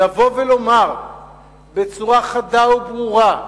לומר בצורה חדה וברורה: